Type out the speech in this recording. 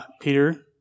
Peter